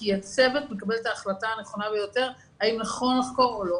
כי הצוות מקבל את ההחלטה הנכונה ביותר האם נכון לחקור או לא.